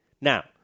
Now